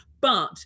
But-